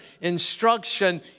instruction